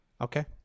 Okay